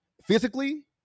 physically